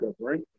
right